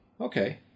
okay